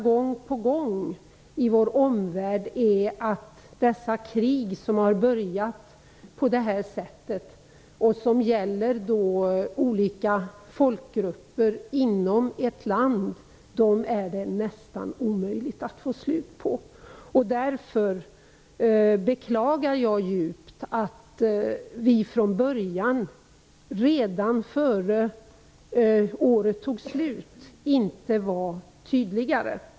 Gång på gång kan man konstatera att de krig som har börjat på det sättet och som gäller olika folkgrupper inom ett land är nästan omöjligt att få slut på. Därför beklagar jag djupt att vi inte redan från början, redan före årsskiftet inte var tydligare.